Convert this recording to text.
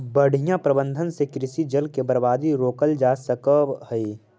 बढ़ियां प्रबंधन से कृषि जल के बर्बादी रोकल जा सकऽ हई